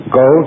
go